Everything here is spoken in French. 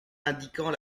indiquant